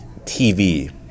TV